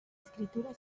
escritura